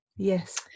Yes